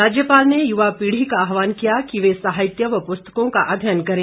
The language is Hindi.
राज्यपाल ने युवा पीढी का आहवान किया कि वे साहित्य व पुस्तकों का अध्ययन करें